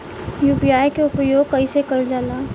UPI के उपयोग कइसे कइल जाला?